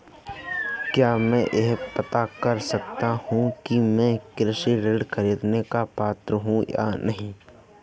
क्या मैं यह पता कर सकता हूँ कि मैं कृषि ऋण ख़रीदने का पात्र हूँ या नहीं?